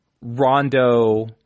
Rondo